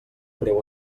breu